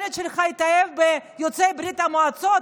כשהילד שלך יתאהב ביוצאת ברית המועצות,